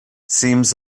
seems